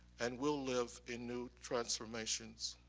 and will live in new transformations.